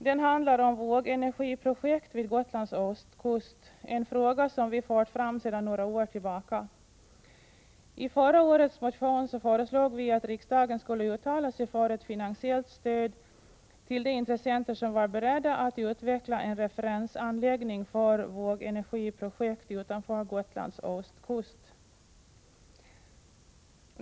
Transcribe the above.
Den handlar om vågenergiprojekt vid Gotlands ostkust, en fråga som vi fört fram sedan några år tillbaka. I förra årets motion föreslog vi att riksdagen skulle uttala sig för ett finansiellt stöd till-.de intressenter som var beredda att utveckla en referensanläggning för vågenergiprojekt utanför Gotlands ostkust.